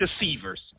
deceivers